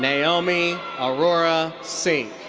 naomi aurora sink.